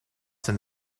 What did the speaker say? than